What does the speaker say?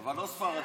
אבל לא ספרדי.